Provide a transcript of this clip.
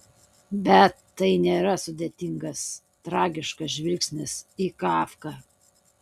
bet tai nėra sudėtingas tragiškas žvilgsnis į kafką